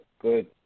good